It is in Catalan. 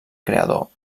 creador